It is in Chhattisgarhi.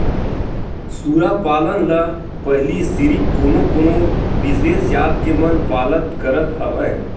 सूरा पालन ल पहिली सिरिफ कोनो कोनो बिसेस जात के मन पालत करत हवय